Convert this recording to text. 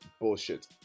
Bullshit